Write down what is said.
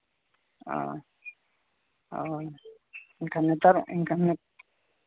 ᱦᱳᱭ ᱦᱳᱭ ᱮᱱᱠᱷᱟᱱ ᱱᱮᱛᱟᱨ ᱮᱱᱠᱷᱟᱱ